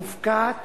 מופקעת